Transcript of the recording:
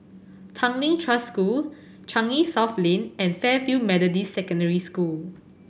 Tanglin Trust School Changi South Lane and Fairfield Methodist Secondary School